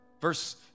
Verse